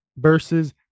versus